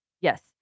yes